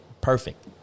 perfect